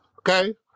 Okay